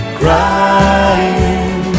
crying